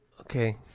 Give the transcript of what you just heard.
Okay